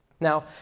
Now